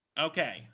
Okay